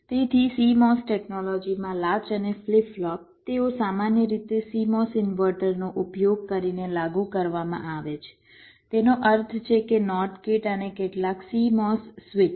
તેથી CMOS ટેકનોલોજીમાં latch અને ફ્લિપ ફ્લોપ તેઓ સામાન્ય રીતે CMOS ઇન્વર્ટરનો ઉપયોગ કરીને લાગુ કરવામાં આવે છે તેનો અર્થ છે કે NOT ગેટ અને કેટલાક CMOS સ્વિચ